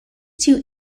two